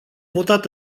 votat